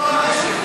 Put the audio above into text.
טוהר הנשק.